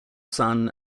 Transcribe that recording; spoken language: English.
son